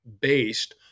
based